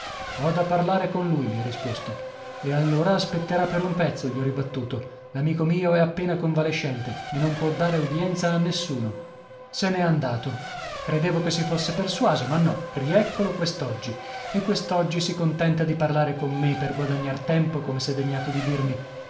ho da parlare con lui mi ha risposto e allora aspetterà per un pezzo gli ho ribattuto l'amico mio è appena convalescente e non può dare udienza a nessuno se n'è andato credevo che si fosse persuaso ma no rieccolo quest'oggi e quest'oggi si contenta di parlare con me per guadagnar tempo come s'è degnato di dirmi